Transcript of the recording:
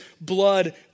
blood